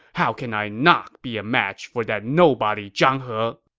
how can i not be a match for that nobody zhang he!